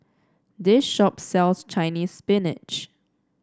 this shop sells Chinese Spinach